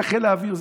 היה חיל האוויר,